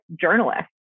journalists